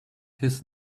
his